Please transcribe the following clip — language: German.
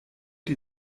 die